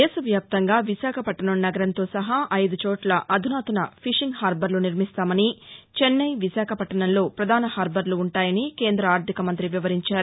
దేశవ్యాప్తంగా విశాఖపట్నం నగరంతో సహా అయిదుచోట్ల అధునాతన ఫిషింగ్ హార్బర్లు నిర్మిస్తామని చెన్నై విశాఖపట్టణంలో పధాన హార్బర్లు ఉంటాయని కేంద ఆర్థిక మంతి వివరించారు